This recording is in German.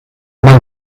mal